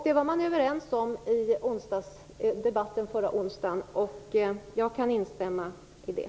Det var man överens om i debatten förra onsdagen. Jag kan instämma i det.